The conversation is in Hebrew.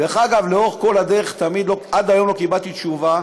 דרך אגב, לאורך כל הדרך, עד היום לא קיבלתי תשובה